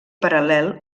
paral·lel